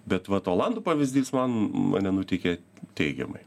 bet vat olandų pavyzdys man mane nuteikė teigiamai